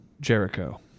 Jericho